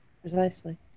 Precisely